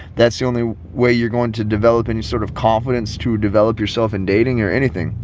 that's the only way you're going to develop any sort of confidence to develop yourself in dating or anything,